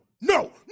no